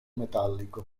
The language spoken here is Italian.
metallico